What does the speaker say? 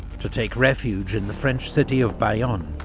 to take refuge in the french city of bayonne,